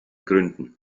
gründen